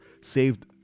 saved